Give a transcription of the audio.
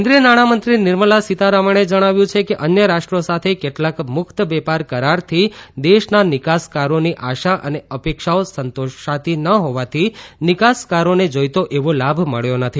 કેન્દ્રીય નાણામંત્રી નિર્મલા સીતારામને જણાવ્યું છે કે અન્ય રાષ્ટ્રી સાથે કેટલાંક મુક્ત વેપાર કરારથી દેશના નિકાસકારોની આશા અને અપેક્ષાઓ સંતોષાતી ન હોવાથી નિકાસકારોને જોઇતો એવો લાભ મબ્યો નથી